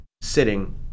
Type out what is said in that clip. sitting